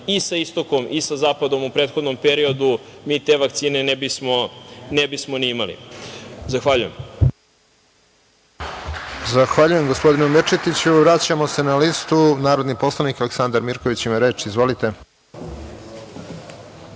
i sa istokom i sa zapadom u prethodnom periodu, mi te vakcine ne bismo ni imali. Zahvaljujem. **Radovan Tvrdišić** Zahvaljujem, gospodine Mirčetiću. Vraćamo se na listu. Narodni poslanik Aleksandar Mirković, ima reč. Izvolite.